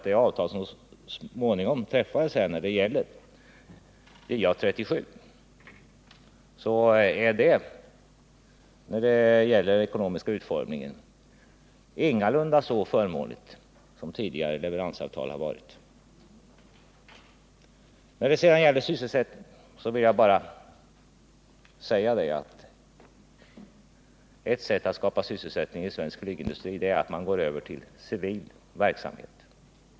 Det avtal som så småningom träffades om JA37 är till sin ekonomiska utformning ingalunda så förmånligt som tidigare leveransavtal har varit. När det sedan gäller sysselsättningen vill jag bara säga att ett sätt att skapa sysselsättning i svensk flygindustri är att gå över till civil lygproduktion.